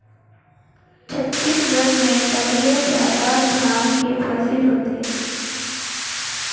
छत्तीसगढ़ में सबले जादा धान के फसिल होथे